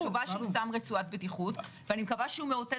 ששם חגורת בטיחות ושמאותת.